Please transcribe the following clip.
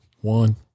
one